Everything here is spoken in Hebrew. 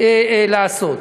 לעשות בו.